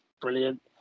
brilliant